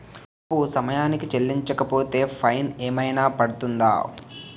అప్పు సమయానికి చెల్లించకపోతే ఫైన్ ఏమైనా పడ్తుంద?